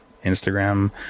Instagram